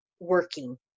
working